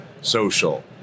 social